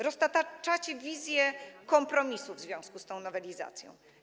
Roztaczacie wizję kompromisu w związku z tą nowelizacją.